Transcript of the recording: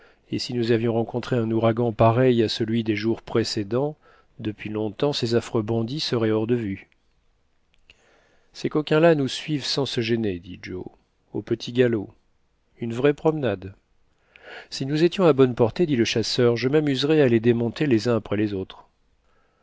et si nous avions rencontré un ouragan pareil à celui des jours précédents depuis longtemps ces affreux bandits seraient hors de vue ces coquins-là nous suivent sans se gêner dit joe au petit galop une vraie promenade si nous étions à bonne portée dit le chasseur je m'amuserais à les démonter les uns après les autres